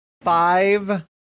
five